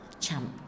champ